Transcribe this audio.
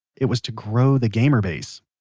it was to grow the gamer base.